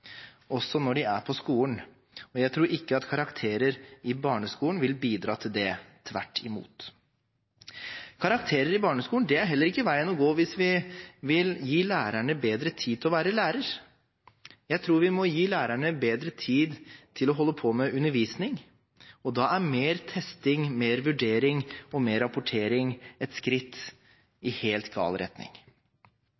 også når de er på skolen. Jeg tror ikke at karakterer i barneskolen vil bidra til det – tvert imot. Karakterer i barneskolen er heller ikke veien å gå hvis vi vil gi lærerne bedre tid til å være lærer. Jeg tror vi må gi lærerne bedre tid til å holde på med undervisning. Da er mer testing, mer vurdering og mer rapportering et skritt